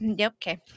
Okay